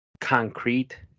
concrete